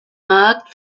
markt